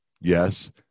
Yes